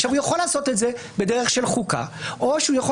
הוא יכול לעשות את זה בדרך של חוקה או שהוא יכול